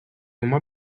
uma